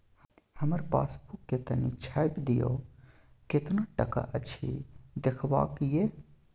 हमर पासबुक के तनिक छाय्प दियो, केतना टका अछि देखबाक ये?